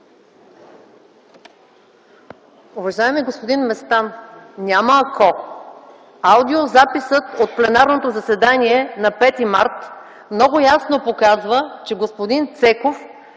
Уважаеми господин Местан, няма „ако”. Аудиозаписът от пленарното заседание на 5 март много ясно показва, че господин Цеков